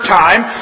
time